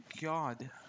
God